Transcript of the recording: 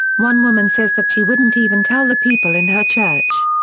one woman says that she wouldn't even tell the people in her church.